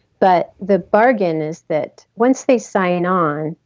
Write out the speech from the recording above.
but the bargain is that once they sign on.